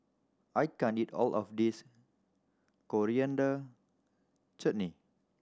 I can't eat all of this Coriander Chutney